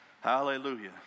Hallelujah